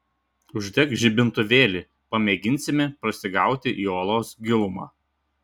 uždek žibintuvėlį pamėginsime prasigauti į olos gilumą